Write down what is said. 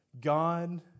God